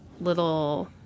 little